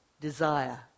desire